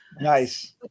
Nice